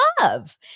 love